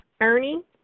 Ernie